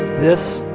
this.